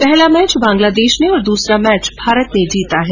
पहला मैच बंगलादेश ने और दूसरा मैच भारत ने जीता है